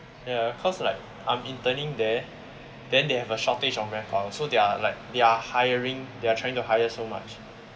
ya cause like I'm interning there then they have have a shortage of manpower so they're like they're hiring they are trying to hire so much